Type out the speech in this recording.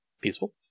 Peaceful